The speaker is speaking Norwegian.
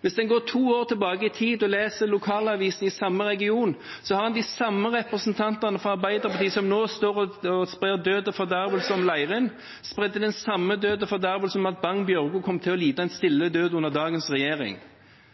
Hvis en går to år tilbake i tid og leser lokalavisen i samme region, er det de samme representantene fra Arbeiderpartiet som nå står og sprer død og fordervelse over Leirin, som spredde den samme død og fordervelse over Bagn–Bjørgo og sa at den kom til å lide en stille død under dagens regjering.